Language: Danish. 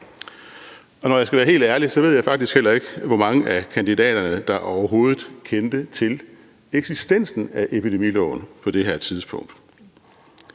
hvis jeg skal være helt ærlig, så ved jeg faktisk heller ikke, hvor mange af kandidaterne der overhovedet kendte til eksistensen af epidemiloven på det her tidspunkt.